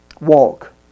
walk